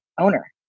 owner